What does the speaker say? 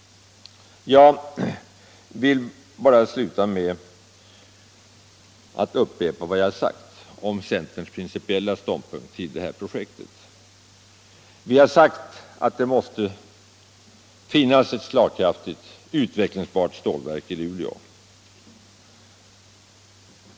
Jag vill bara sluta med att upprepa vad jag har sagt om centerns principiella ståndpunkt till det här projektet. Vi har sagt att det måste finnas ett slagkraftigt utvecklingsbart stålverk i Luleå.